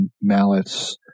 mallets